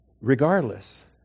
Regardless